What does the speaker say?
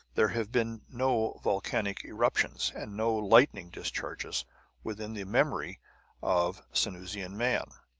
there have been no volcanic eruptions, and no lightning discharges within the memory of sanusian man!